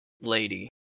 lady